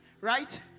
right